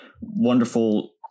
wonderful